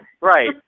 right